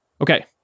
Okay